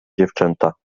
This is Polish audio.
dziewczęta